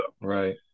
Right